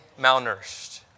malnourished